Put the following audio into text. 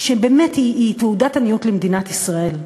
שבאמת היא תעודת עניות למדינת ישראל.